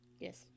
Yes